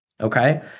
Okay